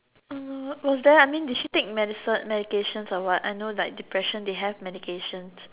was there I mean did she take medicine medication or what I know like depression they have medications